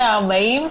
10:40?